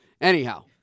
Anyhow